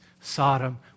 Sodom